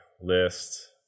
list